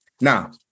Now